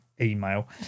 email